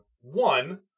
one